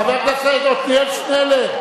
חבר הכנסת חבר הכנסת עתניאל שנלר,